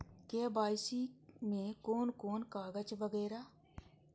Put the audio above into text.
KYC में कोन कोन कागज वगैरा?